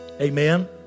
Amen